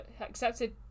accepted